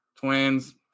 twins